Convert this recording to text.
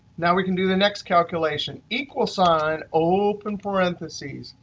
now, we can do the next calculation. equal sign, open parentheses,